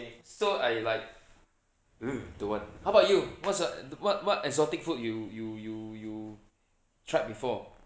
so I like !eeyer! don't want how about you what's what what exotic food you you you you tried before